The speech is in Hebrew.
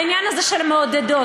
העניין הזה של מעודדות.